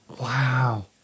Wow